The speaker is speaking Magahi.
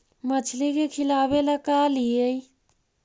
मछली के खिलाबे ल का लिअइ?